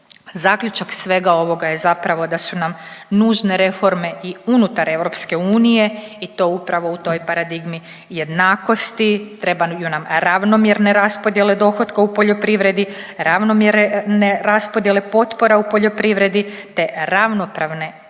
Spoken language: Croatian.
Zaključak svega ovoga je zapravo da su nam nužne reforme i unutar EU i to upravo u toj paradigmi jednakosti, trebaju nam ravnomjerne raspodjele dohotka u poljoprivredi, ravnomjerne raspodjele potpora u poljoprivredi te ravnopravne tržišne